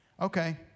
Okay